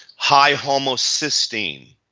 high homocysteine,